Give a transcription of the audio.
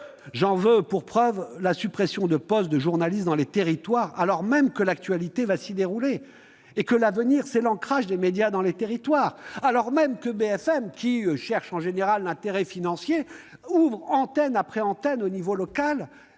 J'en veux pour preuve la suppression de postes de journalistes dans les territoires, alors même que l'actualité s'y déroule et que l'avenir réside dans l'ancrage territorial des médias ; alors même que BFM, qui recherche en général l'intérêt financier, ouvre antenne sur antenne au niveau local